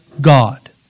God